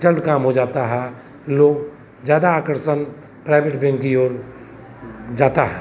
जल्द काम हो जाता है लोग ज़्यादा आकर्षण प्राइवेट बेंक की ओर जाता है